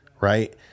Right